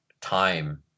time